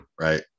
right